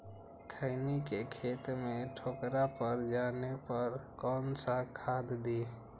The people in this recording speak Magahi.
खैनी के खेत में ठोकरा पर जाने पर कौन सा खाद दी?